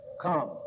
come